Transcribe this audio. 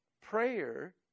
Prayer